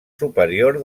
superior